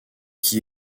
qui